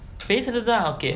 பேசறதுதா:pesurathuthaa okay